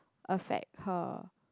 affect her